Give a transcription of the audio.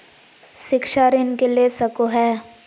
शिक्षा ऋण के ले सको है?